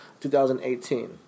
2018